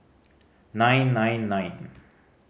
nine nine nine